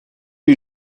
you